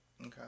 okay